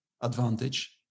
advantage